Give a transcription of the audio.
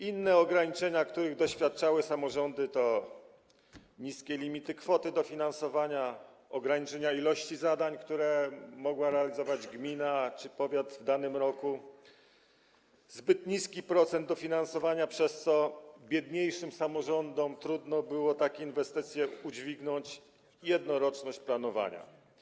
Inne ograniczenia, których doświadczały samorządy, to: niskie limity kwoty dofinansowania, ograniczenia ilości zadań, które mogły być realizowane przez gminę czy powiat w danym roku, zbyt niski procent dofinansowania, przez co biedniejszym samorządom trudno było takie inwestycje udźwignąć, i jednoroczność planowania.